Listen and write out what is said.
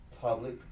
public